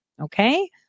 Okay